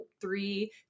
three